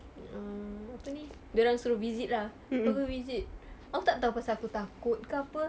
ah apa ni dia orang suruh visit lah so aku visit aku tak tahu pasal aku takut ke apa